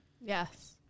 Yes